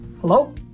Hello